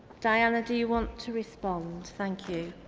diana do you want to respond? thank you.